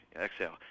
exhale